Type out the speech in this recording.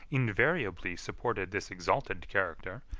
invariably supported this exalted character,